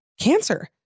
cancer